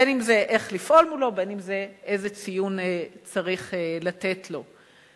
בין שזה איך לפעול מולו ובין שזה איזה ציון צריך לתת לו.